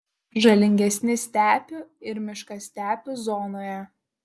žalingesni stepių ir miškastepių zonoje